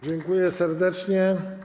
Dziękuję serdecznie.